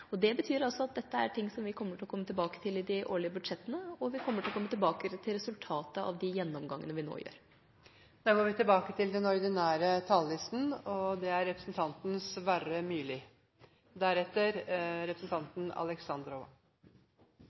reform. Det betyr altså at dette er ting som vi kommer til å komme tilbake til i de årlige budsjettene, og vi kommer til å komme tilbake til resultatet av de gjennomgangene vi nå gjør. Replikkordskiftet er dermed omme. Ved begynnelsen av debatten kommenterte Øyvind Halleraker Anniken Huitfeldts kommentar om politisk teater, og